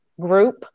group